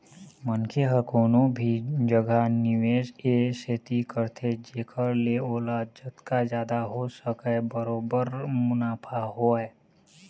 मनखे ह कोनो भी जघा निवेस ए सेती करथे जेखर ले ओला जतका जादा हो सकय बरोबर मुनाफा होवय